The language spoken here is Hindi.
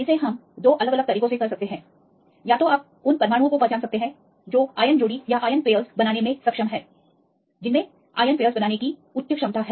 हम इसे दो अलग अलग तरीकों से कर सकते हैं या तो आप उन परमाणुओं की पहचान कर सकते हैं जो आयन जोड़ी बनाने में सक्षम हो सकते हैं आयन जोड़ी बनाने के लिए उच्च क्षमता